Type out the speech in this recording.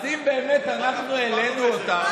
אז אם באמת אנחנו העלינו אותן